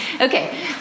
Okay